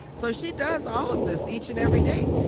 so she does all of this each and every day,